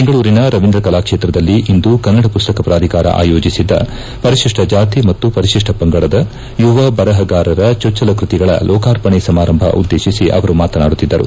ಬೆಂಗಳೂರಿನ ರವೀಂದ್ರ ಕಲಾಕ್ಷೇತ್ರದಲ್ಲಿ ಇಂದು ಕನ್ನಡ ಪುಸ್ತಕ ಪ್ರಾಧಿಕಾರ ಆಯೋಜಿಸಿದ್ದ ಪರಿಶಿಷ್ಟ ಜಾತಿ ಮತ್ತು ಪರಿಶಿಷ್ಷ ಪಂಗಡದ ಯುವ ಬರಹಗಾರರ ಚೊಚ್ಚಲ ಕೃತಿಗಳ ಲೋಕಾರ್ಪಣೆ ಸಮಾರಂಭ ಉದ್ಘಾಟಿಸಿ ಅವರು ಮಾತನಾಡುತ್ತಿದ್ದರು